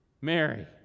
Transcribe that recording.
Mary